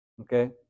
Okay